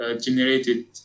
generated